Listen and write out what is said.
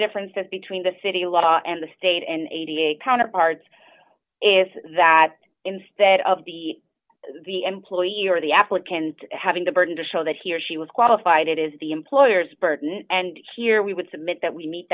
differences between the city law and the state and eighty counterparts if that instead of the the employee or the applicant having the burden to show that he or she was qualified it is the employer's burden and here we would submit that we meet